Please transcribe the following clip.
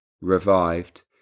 Revived